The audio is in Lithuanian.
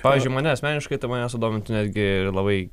pavyzdžiui mane asmeniškai tai mane sudomintų netgi labai